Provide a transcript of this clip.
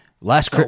last